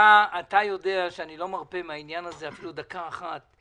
אתה יודע שאני לא מרפה מן העניין הזה אפילו דקה אחת.